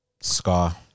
Scar